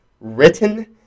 Written